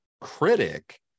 critic